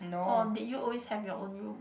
or did you always have your own room